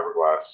fiberglass